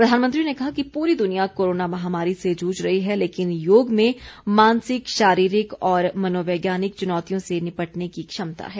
प्रधानमंत्री ने कहा कि पूरी दुनिया कोरोना महामारी से जूझ रही है लेकिन योग में मानसिक शारीरिक और मनोवैज्ञानिक चुनौतियों से निपटने की क्षमता है